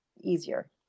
easier